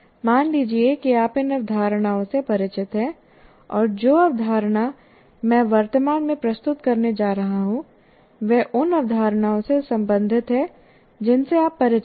मान लीजिए कि आप इन अवधारणाओं से परिचित हैं और जो अवधारणा मैं वर्तमान में प्रस्तुत करने जा रहा हूं वह उन अवधारणाओं से संबंधित है जिनसे आप परिचित हैं